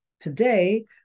Today